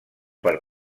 per